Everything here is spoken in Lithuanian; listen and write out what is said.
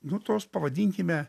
nu tos pavadinkime